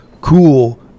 cool